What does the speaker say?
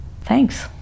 Thanks